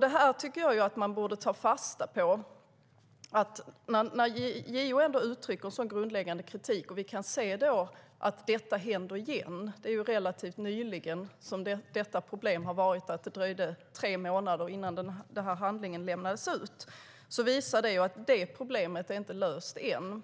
Det tycker jag att man borde ta fasta på. När JO uttrycker en så grundläggande kritik och vi kan se att detta händer igen - det var relativt nyligen problemet fanns att det dröjde tre månader innan handlingen lämnades ut - visar det att problemet inte är löst än.